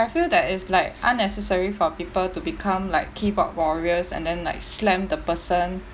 I feel that it's like unnecessary for people to become like keyboard warriors and then like slam the person